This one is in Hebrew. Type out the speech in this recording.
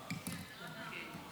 חברי הכנסת,